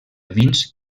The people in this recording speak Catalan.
vins